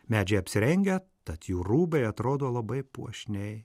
medžiai apsirengę tad jų rūbai atrodo labai puošniai